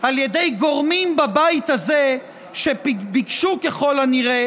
על ידי גורמים בבית הזה שביקשו ככל הנראה